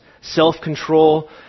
self-control